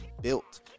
built